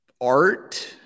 art